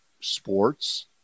sports